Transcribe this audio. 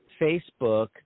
Facebook